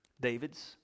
David's